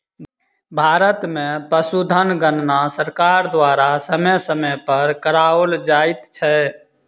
भारत मे पशुधन गणना सरकार द्वारा समय समय पर कराओल जाइत छै